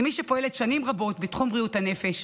כמי שפועלת שנים רבות בתחום בריאות הנפש,